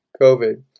COVID